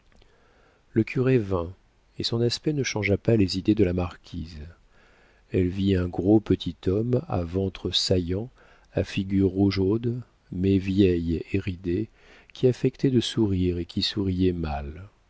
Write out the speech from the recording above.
le curé vint et son aspect ne changea pas les idées de la marquise elle vit un gros petit homme à ventre saillant à figure rougeaude mais vieille et ridée qui affectait de sourire et qui souriait